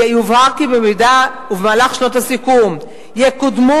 "יובהר כי במידה ובמהלך שנות הסיכום יקודמו